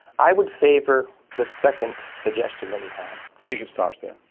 i would favour the second suggestion that you had. you think it starts there?